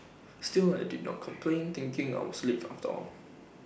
still I did not complain thinking I was late after all